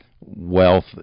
Wealth